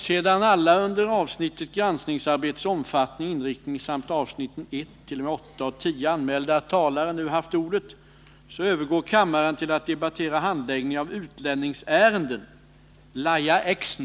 Sedan alla under avsnittet Granskningsarbetets omfattning och inriktning samt avsnitten 1-8 och 10 anmälda talare nu haft ordet övergår kammaren till att debattera Handläggningen av utlänningsärenden.